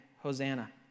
hosanna